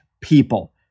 people